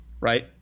right